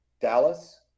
Dallas